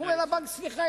הוא אומר לבנק: סליחה,